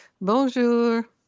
Bonjour